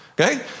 okay